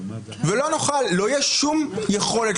לא תהיה שום יכולת,